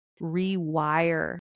rewire